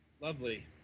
Lovely